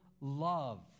love